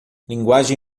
linguagem